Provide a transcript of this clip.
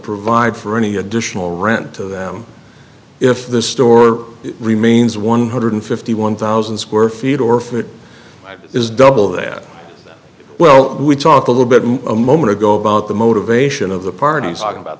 provide for any additional rent to them if the store remains one hundred fifty one thousand square feet or food is double that well we talked a little bit a moment ago about the motivation of the parties are about